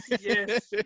yes